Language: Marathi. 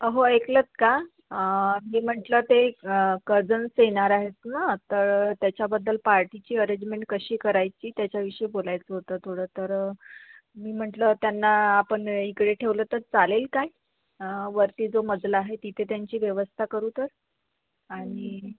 अहो ऐकलंत का मी म्हटलं ते कजन्स येणार आहेत ना तर त्याच्याबद्दल पार्टीची अरेंजमेट कशी करायची त्याच्याविषयी बोलायचं होतं थोडं तर मी म्हटलं त्यांना आपण इकडे ठेवलं तर चालेल काय वरती जो मजला आहे तिथे त्यांची व्यवस्था करू तर आणि